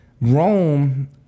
Rome